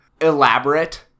Elaborate